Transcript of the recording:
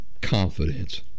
confidence